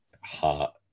heart